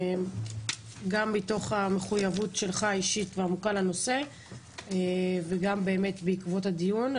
וזה גם מתוך המחויבות האישית והעמוקה שלך בנושא וגם באמת בעקבות הדיון.